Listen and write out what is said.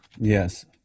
yes